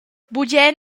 bugen